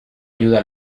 ayuda